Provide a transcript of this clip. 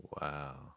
Wow